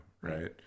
Right